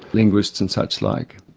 linguists, and suchlike.